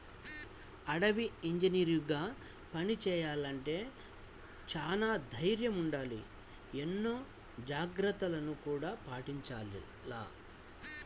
అటవీ ఇంజనీరుగా పని చెయ్యాలంటే చానా దైర్నం ఉండాల, ఎన్నో జాగర్తలను గూడా పాటించాల